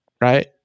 right